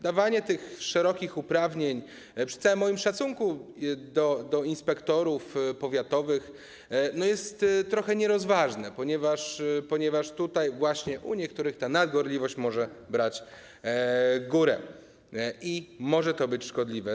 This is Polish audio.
Dawanie tych szerokich uprawnień, przy całym moim szacunku dla inspektorów powiatowych, jest trochę nierozważne, ponieważ tutaj u niektórych ta nadgorliwość może brać górę i może to być szkodliwe.